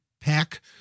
pack